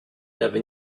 never